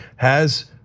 has,